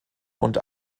und